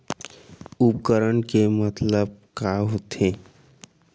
उपकरण के मतलब का होथे?